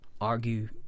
argue